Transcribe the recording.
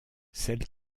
celle